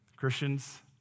Christians